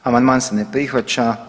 Amandman se ne prihvaća.